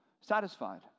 satisfied